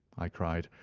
i cried,